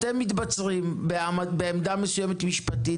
אתם מתבצרים בעמדה משפטית מסוימת,